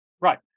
right